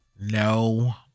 No